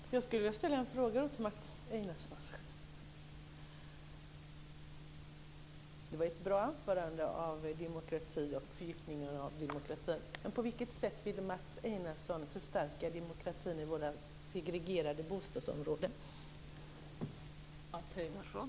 Fru talman! Jag skulle vilja ställa en fråga till Mats Einarsson. Det var ett bra anförande om demokrati och fördjupning av demokratin. På vilket sätt vill Mats Einarsson förstärka demokratin i våra segregerade bostadsområden?